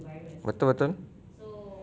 betul betul